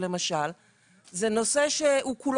שוב,